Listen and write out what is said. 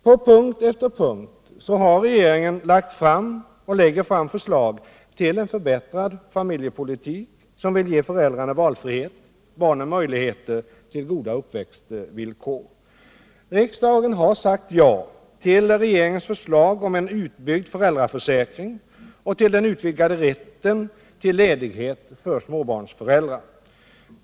På punkt efter punkt har regeringen lagt fram och lägger fram förslag till en förbättrad familjepolitik, som vill ge föräldrarna valfrihet och barnen möjlighet till goda uppväxtvillkor. Riksdagen har sagt ja till regeringens förslag om en utbyggd föräldraförsäkring och till den utvidgade rätten till ledighet för småbarnsföräldrar.